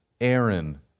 Aaron